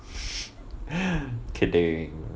kidding